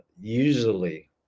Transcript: usually